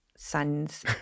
son's